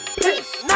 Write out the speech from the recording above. pissed